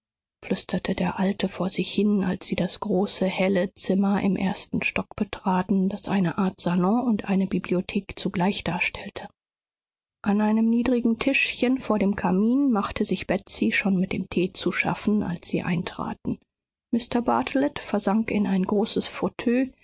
flüsterte der alte vor sich hin als sie das große helle zimmer im ersten stock betraten das eine art salon und eine bibliothek zugleich darstellte an einem niedrigen tischchen vor dem kamin machte sich betsy schon mit dem tee zu schaffen als sie eintraten mr bartelet versank in ein großes